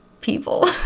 people